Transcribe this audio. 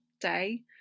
day